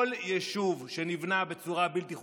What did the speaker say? כל יישוב שנבנה בצורה בלתי חוקית,